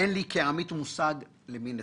אין לי כעמית מושג למי נתתם.